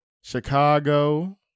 Chicago